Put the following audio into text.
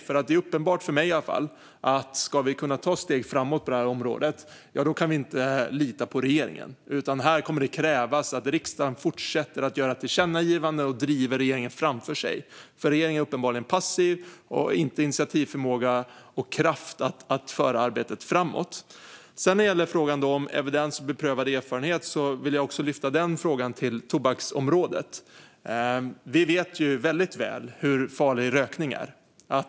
Det är nämligen uppenbart, i alla fall för mig, att vi inte kan lita på regeringen om vi ska kunna ta steg framåt på det här området. I stället kommer det att krävas att riksdagen fortsätter att rikta tillkännagivanden till och driva regeringen framför sig, för regeringen är uppenbarligen passiv och har inte initiativförmåga och kraft nog att föra arbetet framåt. När det gäller frågan om evidens och beprövad erfarenhet vill jag lyfta den till tobaksområdet. Vi vet väldigt väl hur farligt rökning är.